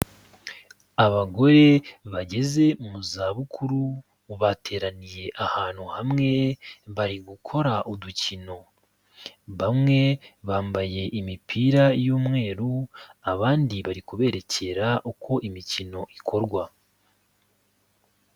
Abagore bageze mu zabukuru, bateraniye ahantu hamwe, bari gukora udukino. Bamwe bambaye imipira y'umweru, abandi bari kubererekera, uko imikino ikorwa.